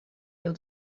your